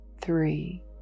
three